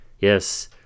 Yes